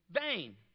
vain